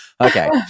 Okay